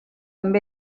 amb